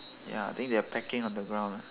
ya I think they are pecking on the ground ah